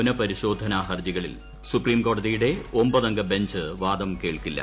പുനപരിശോധനാ ഹർജികളിൽ സുപ്രീംകോടതിയുടെ ഒമ്പതംഗ ബഞ്ച് വാദം കേൾക്കില്ല